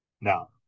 Now